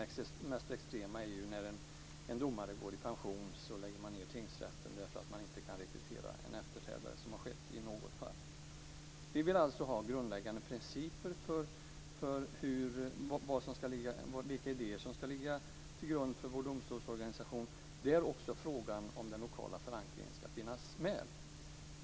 Det mest extrema är att man, när en domare går i pension, lägger ned tingsrätten därför att man inte kan rekrytera en efterträdare, som har skett i något fall. Vi vill alltså ha grundläggande principer för vilka idéer som ska ligga till grund för vår domstolsorganisation, där också frågan om den lokala förankringen ska finnas med.